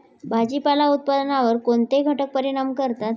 भाजीपाला उत्पादनावर कोणते घटक परिणाम करतात?